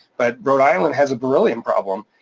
but rhode island has a beryllium problem,